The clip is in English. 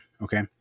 Okay